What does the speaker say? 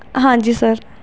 ਹਾਂਜੀ ਸਰ